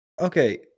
Okay